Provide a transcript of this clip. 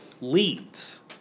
leaves